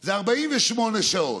זה 48 שעות.